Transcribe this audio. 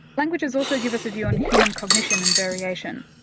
languages also give us a view on human cognition and variation.